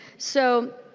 so